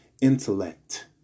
intellect